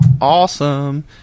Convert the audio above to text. Awesome